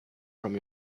from